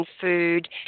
food